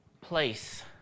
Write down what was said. place